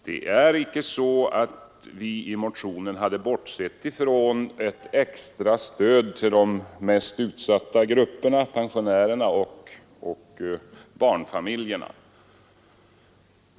Det är inte så att vi i motionen hade bortsett från ett extra stöd till de mest utsatta grupperna, dvs. pensionärerna och barnfamiljerna.